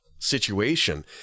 situation